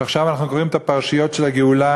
עכשיו אנחנו קוראים את הפרשיות של הגאולה,